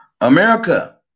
America